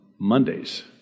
Mondays